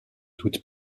toutes